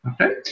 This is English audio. okay